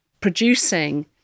producing